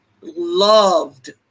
loved